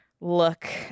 look